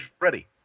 ready